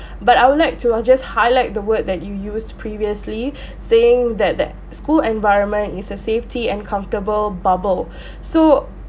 but I would like to uh just highlight the word that you used previously saying that the school environment is a safety and comfortable bubble so